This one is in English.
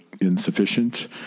insufficient